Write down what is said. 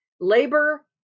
Labor